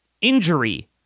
injury